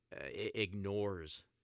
ignores